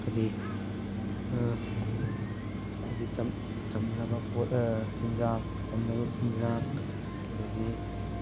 ꯀꯔꯤ ꯍꯥꯏꯗꯤ ꯆꯝꯂꯕ ꯄꯣꯠ ꯆꯤꯟꯖꯥꯛ ꯆꯝꯂꯕ ꯆꯤꯟꯖꯥꯛ ꯑꯗꯒꯤ